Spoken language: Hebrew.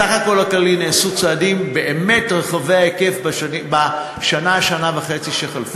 בסך הכול הכללי נעשו צעדים באמת רחבי היקף בשנה שנה וחצי שחלפו.